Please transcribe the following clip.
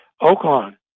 Oakland